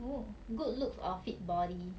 oo good looks or fit body